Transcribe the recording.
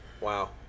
Wow